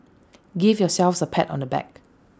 give yourselves A pat on the back